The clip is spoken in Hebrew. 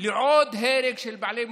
לעוד הרג של בעלי מוגבלות?